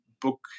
book